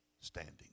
standing